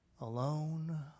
alone